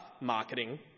marketing